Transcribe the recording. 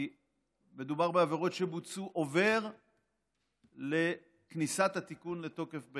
כי מדובר בעבירות שבוצעו עובר לכניסת התיקון לתוקף,